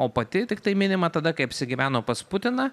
o pati tiktai minima tada kai apsigyveno pas putiną